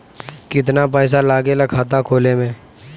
कितना पैसा लागेला खाता खोले में?